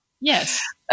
Yes